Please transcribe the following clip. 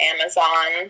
Amazon